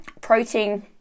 protein